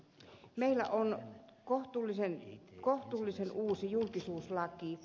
meillä on kohtuullisen uusi julkisuuslaki